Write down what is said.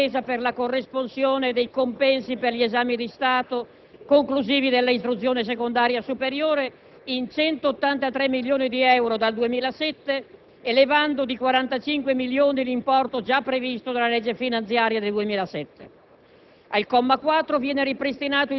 Il comma 3 fissa i limiti di spesa per la corresponsione dei compensi per gli esami di Stato conclusivi della istruzione secondaria superiore in 183 milioni di euro dal 2007, elevando di 45 milioni l'importo già previsto dalla legge finanziaria del 2007.